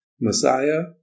Messiah